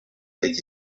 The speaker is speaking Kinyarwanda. iki